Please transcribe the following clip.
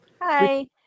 hi